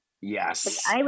Yes